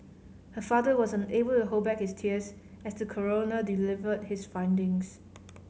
her father was unable to hold back his tears as the coroner delivered his findings